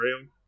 real